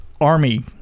army